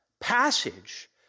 passage